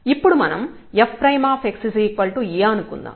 ఇప్పుడు మనం fx A అనుకుందాం